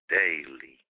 daily